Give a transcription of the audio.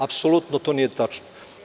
Apsolutno to nije tačno.